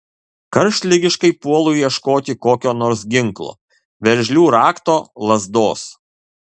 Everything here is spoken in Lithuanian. karštligiškai puolu ieškoti kokio nors ginklo veržlių rakto lazdos